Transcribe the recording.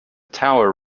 tower